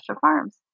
Farms